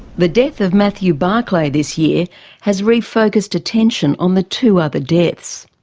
the death of matthew barclay this year has refocussed attention on the two other deaths.